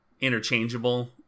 interchangeable